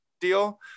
deal